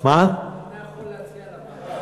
אתה יכול להציע ועדה.